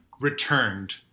returned